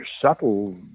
subtle